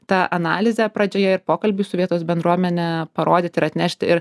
tą analizė pradžioje ir pokalbis su vietos bendruomene parodyt ir atnešt ir